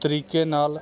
ਤਰੀਕੇ ਨਾਲ